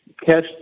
cash